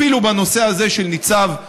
אפילו בנושא הזה של ריטמן,